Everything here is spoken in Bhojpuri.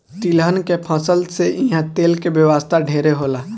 तिलहन के फसल से इहा तेल के व्यवसाय ढेरे होला